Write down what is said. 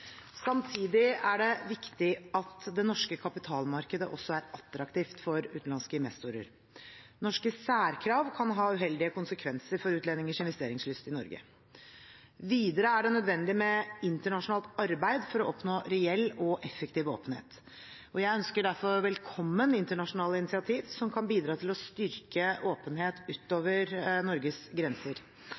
Samtidig er det viktig at det norske kapitalmarkedet også er attraktivt for utenlandske investorer. Norske særkrav kan ha uheldige konsekvenser for utlendingers investeringslyst i Norge. Videre er det nødvendig med internasjonalt arbeid for å oppnå reell og effektiv åpenhet. Jeg ønsker derfor velkommen internasjonale initiativ som kan bidra til å styrke åpenhet utover Norges grenser.